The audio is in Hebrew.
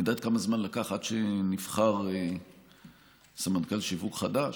את יודעת כמה זמן לקח עד שנבחר סמנכ"ל שיווק חדש?